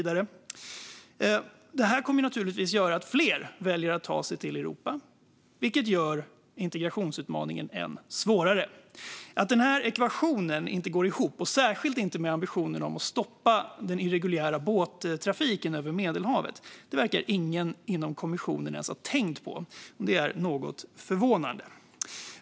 Det kommer naturligtvis att göra att fler väljer att ta sig till Europa, vilket gör integrationsutmaningen än svårare. Att den här ekvationen inte går ihop, särskilt inte med ambitionen om att stoppa den irreguljära båttrafiken över Medelhavet, verkar ingen inom kommissionen ens ha tänkt på. Det är något förvånande.